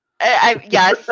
Yes